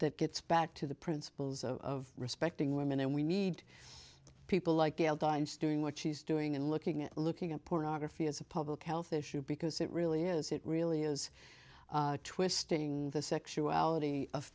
that gets back to the principles of respecting women and we need people like gail dines doing what she's doing and looking at looking at pornography as a public health issue because it really is it really is twisting the sexuality of